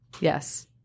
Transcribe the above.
Yes